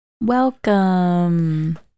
Welcome